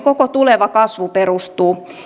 koko tuleva kasvu perustuu